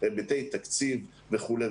היבטי תקציב וכולי,